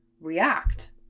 react